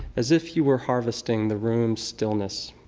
as if you were harvesting the room's stillness.